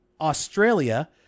Australia